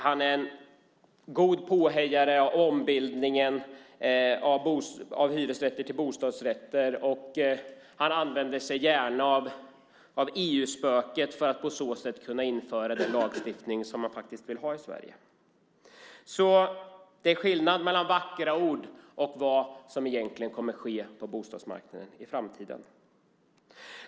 Han är även en god påhejare av ombildningen av hyresrätter till bostadsrätter och använder sig gärna av EU-spöket för att på så sätt kunna införa den lagstiftning som han vill ha i Sverige. Det är skillnad mellan vackra ord och vad som egentligen kommer att ske på bostadsmarknaden i framtiden.